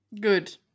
good